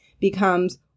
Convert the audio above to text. becomes